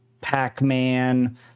Pac-Man